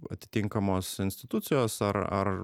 atitinkamos institucijos ar ar